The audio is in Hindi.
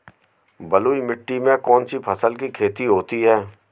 बलुई मिट्टी में कौनसी फसल की खेती होती है?